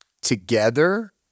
together